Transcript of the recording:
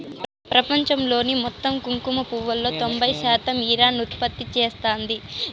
ప్రపంచంలోని మొత్తం కుంకుమ పువ్వులో తొంబై శాతం ఇరాన్ ఉత్పత్తి చేస్తాంది